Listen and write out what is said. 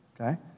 okay